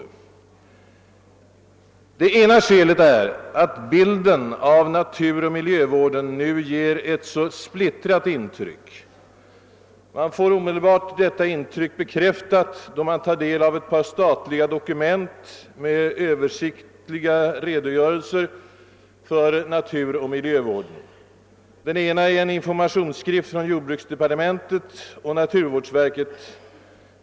I uttrycket »åtgärder i övrigt« i motionen vill jag för min del gärna lägga in även de internationella aspekterna. Ett skäl är att bilden av naturoch miljövården nu ger ett så splittrat intryck. Man får omedelbart detta intryck bekräftat, då man tar del av ett par statliga dokument med översiktliga redogörelser för naturoch miljövården. Det ena är en informationsskrift från jordbruksdepartementet och =: naturvårdsverket.